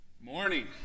Morning